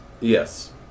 Yes